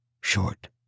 Short